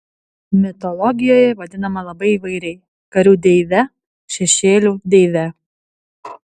mitologijoje vadinama labai įvairiai karių deive šešėlių deive